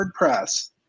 WordPress